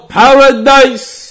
paradise